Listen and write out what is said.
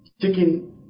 chicken